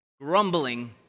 Grumbling